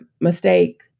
mistake